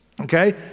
okay